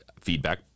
feedback